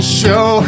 show